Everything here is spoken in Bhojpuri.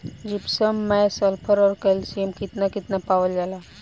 जिप्सम मैं सल्फर औरी कैलशियम कितना कितना पावल जाला?